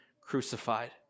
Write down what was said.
crucified